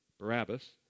Barabbas